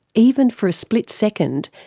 even for a split second,